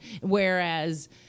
Whereas